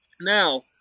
Now